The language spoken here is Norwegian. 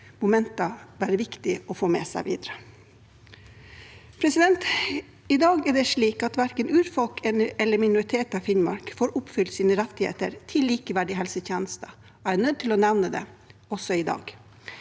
momenter være viktig å få med seg videre. I dag er det slik at verken urfolk eller minoriteter i Finnmark får oppfylt sin rett til likeverdige helsetjenester. Jeg er nødt til å nevne det også i dag.